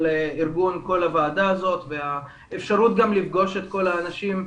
על ארגון כל הוועדה הזאת והאפשרות גם לפגוש את כל האנשים,